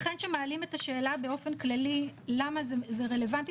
לכן כשמעלים את השאלה באופן כללי למה זה רלוונטי,